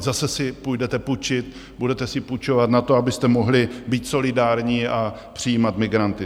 Zase si půjdete půjčit, budete si půjčovat na to, abyste mohli být solidární a přijímat migranty.